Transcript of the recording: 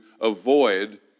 avoid